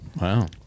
Wow